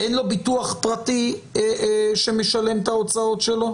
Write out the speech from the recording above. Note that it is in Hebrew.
אין לו ביטוח פרטי שמשלם את ההוצאות שלו?